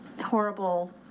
horrible